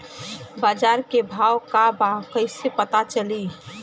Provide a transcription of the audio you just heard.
बाजार के भाव का बा कईसे पता चली?